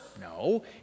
no